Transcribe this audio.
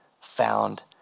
found